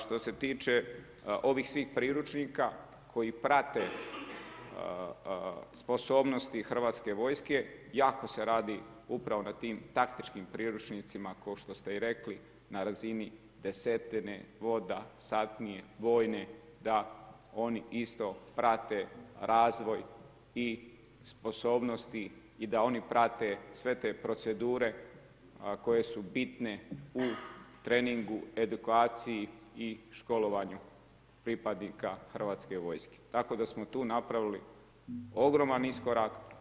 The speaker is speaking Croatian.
Što se tiče ovih svih priručnika koji prate sposobnosti hrvatske vojske, jako se radi upravo na tim taktičkim priručnicima kao što ste i rekli na razini desetine voda, satnije vojne da oni isto prate razvoj i sposobnosti i da oni prate sve te procedure koje su bitne u treningu, edukaciji i školovanju pripadnika hrvatske vojske, tako da smo tu napravili ogroman iskorak.